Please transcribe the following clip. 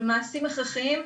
במעשים הכרחיים.